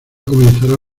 comenzará